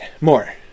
more